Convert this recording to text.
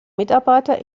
mitarbeiter